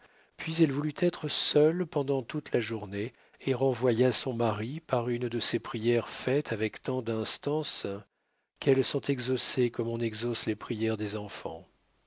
puis elle voulut être seule pendant toute la journée et renvoya son mari par une de ces prières faites avec tant d'instances qu'elles sont exaucées comme on exauce les prières des enfants